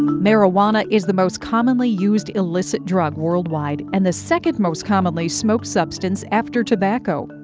marijuana is the most commonly used illicit drug worldwide and the second most commonly smoked substance after tobacco.